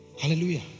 Hallelujah